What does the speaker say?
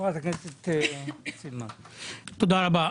תודה רבה.